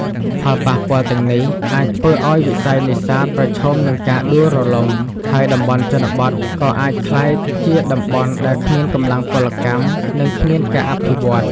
ផលប៉ះពាល់ទាំងនេះអាចធ្វើឲ្យវិស័យនេសាទប្រឈមនឹងការដួលរលំ ហើយតំបន់ជនបទក៏អាចក្លាយជាតំបន់ដែលគ្មានកម្លាំងពលកម្ម និងគ្មានការអភិវឌ្ឍន៍។